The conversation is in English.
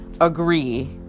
agree